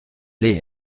les